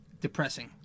depressing